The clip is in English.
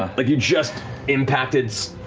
ah like you just impacted,